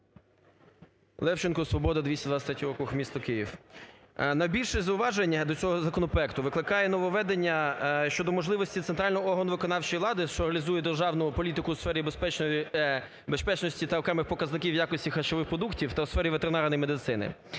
Левченко, "Свобода", 223 округ, місто Київ. Найбільше зауваження до цього законопроекту викликає нововведення щодо можливості центрального органу виконавчої влади, що реалізує державну політику у сфері безпечності та окремих показників якості харчових продуктів та у сфері ветеринарної медицини,